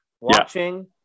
watching